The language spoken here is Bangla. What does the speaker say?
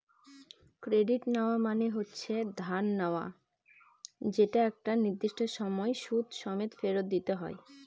ক্রেডিট নেওয়া মানে হচ্ছে ধার নেওয়া যেটা একটা নির্দিষ্ট সময় সুদ সমেত ফেরত দিতে হয়